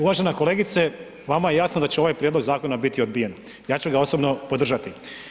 Uvažena kolegice vama je jasno da će ovaj prijedlog zakona biti odbijen, ja ću ga osobno podržati.